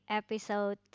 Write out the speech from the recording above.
episode